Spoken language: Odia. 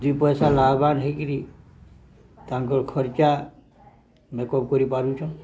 ଦୁଇ ପଇସା ଲାଭବାନ ହେଇକିରି ତାଙ୍କର ଖର୍ଚ୍ଚା ମେକଅପ୍ କରିପାରୁଛନ୍